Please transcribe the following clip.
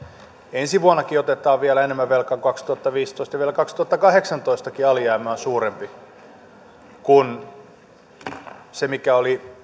ensi vuonnakin otetaan vielä enemmän velkaa kuin kaksituhattaviisitoista ja vielä kaksituhattakahdeksantoistakin alijäämä on suurempi kuin se mikä oli